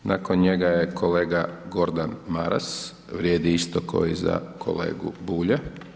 Nakon njega je kolega Gordan Maras, vrijedi isto ko i za kolegu Bulja.